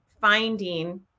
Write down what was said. finding